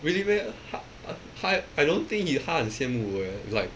really 他他他 I don't think he 他很羡慕 eh like